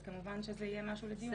אז כמובן שזה יהיה משהו לדיון.